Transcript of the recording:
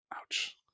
ouch